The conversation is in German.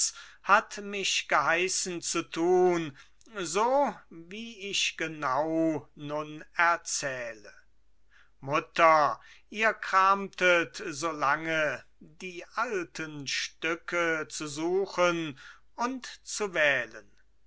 hat mich geheißen zu tun so wie ich genau nun erzähle mutter ihr kramtet so lange die alten stücke zu suchen und zu wählen